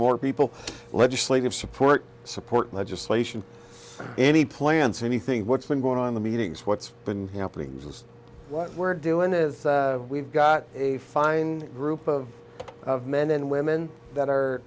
more people legislative support support legislation any plans for anything what's been going on the meetings what's been happening which is what we're doing is we've got a fine group of men and women that are